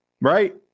right